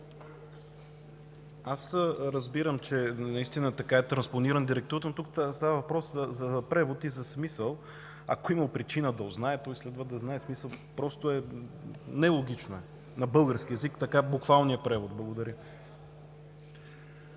Аз разбирам, че така е транспонирана директивата. Става въпрос за превод и за смисъл, ако има причина да узнае, той следва да знае. Просто е нелогично. На български език това е буквалният превод. Благодаря.